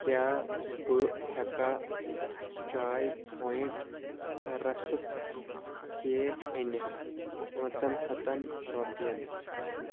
کیٛاہ بہٕ ہٮ۪کھا چاے پوایِنٛٹ رَسک کیک أنِتھ پٲنٛژن ہَتن رۄپٮ۪ن